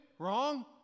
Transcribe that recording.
wrong